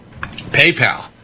PayPal